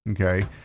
Okay